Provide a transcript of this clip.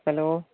hello